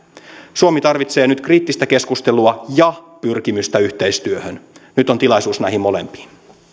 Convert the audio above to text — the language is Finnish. suomi tarvitsee nyt kriittistä keskustelua ja pyrkimystä yhteistyöhön nyt on tilaisuus näihin molempiin